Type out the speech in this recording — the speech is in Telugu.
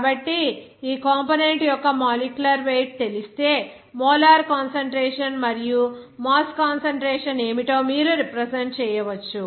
కాబట్టి ఈ కంపోనెంట్ యొక్క మాలిక్యులర్ వెయిట్ తెలిస్తే మోలార్ కాన్సంట్రేషన్ మరియు మాస్ కాన్సంట్రేషన్ ఏమిటో మీరు రిప్రజెంట్ చేయవచ్చు